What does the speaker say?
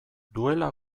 duela